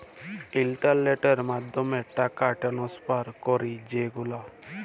ইলটারলেটের মাধ্যমে টাকা টেনেসফার ক্যরি যে গুলা